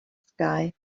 sky